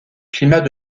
climat